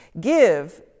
give